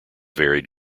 varied